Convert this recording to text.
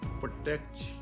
protect